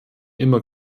immer